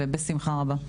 ובשמחה רבה.